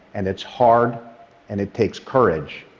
and it's hard and it takes courage,